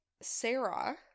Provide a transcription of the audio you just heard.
Sarah